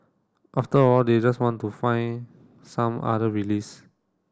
after a while they just want to find some other release